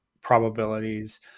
probabilities